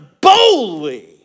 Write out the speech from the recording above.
boldly